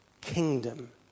kingdom